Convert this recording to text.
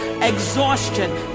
exhaustion